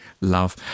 Love